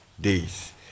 days